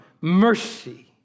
Mercy